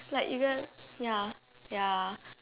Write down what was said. like you gonna ya ya